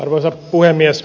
arvoisa puhemies